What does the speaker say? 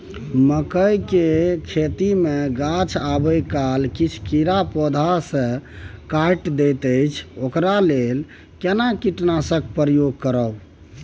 मकई के खेती मे गाछ आबै काल किछ कीरा पौधा स के काइट दैत अछि ओकरा लेल केना कीटनासक प्रयोग करब?